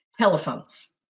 Telephones